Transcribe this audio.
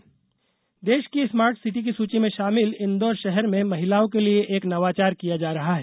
गुलाबी शौचालय देष की स्मार्ट सिटी की सुची में षामिल इंदौर षहर में महिलाओं के लिए एक नवाचार किया जा रहा है